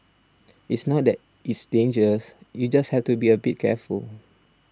it's not that it's dangerous you just have to be a bit careful